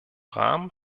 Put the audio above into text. rahmen